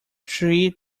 three